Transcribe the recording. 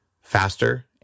faster